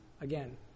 again